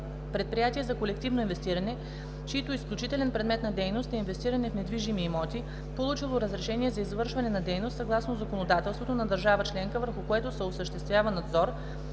предприятие за колективно инвестиране, чийто изключителен предмет на дейност е инвестиране в недвижими имоти, получило разрешение за извършване на дейност съгласно законодателството на държава членка, върху което се осъществява надзор,